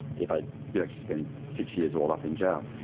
if i do actually spend six years all up in jail.